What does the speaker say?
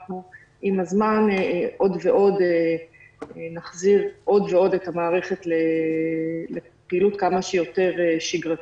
אנחנו עם הזמן נחזיר עוד ועוד את המערכת לפעילות כמה שיותר שגרתית.